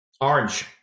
Orange